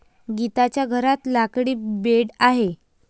गीताच्या घरात लाकडी बेड आहे